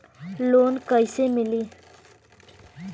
Loan कईसे मिली?